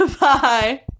bye